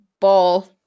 ball